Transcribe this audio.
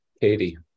Katie